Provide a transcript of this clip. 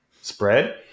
spread